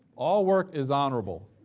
all work is honorable,